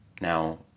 Now